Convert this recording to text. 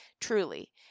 truly